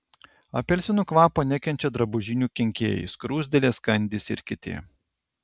apelsinų kvapo nekenčia drabužinių kenkėjai skruzdėlės kandys ir kiti